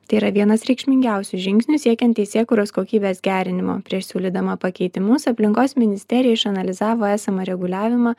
tai yra vienas reikšmingiausių žingsnių siekiant teisėkūros kokybės gerinimo prieš siūlydama pakeitimus aplinkos ministerija išanalizavo esamą reguliavimą